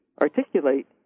articulate